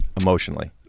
emotionally